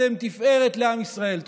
אתם תפארת לעם ישראל.